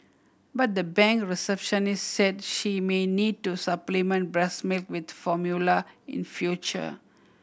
but the bank receptionist said she may need to supplement breast milk with formula in future